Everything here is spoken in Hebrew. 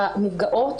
הנפגעות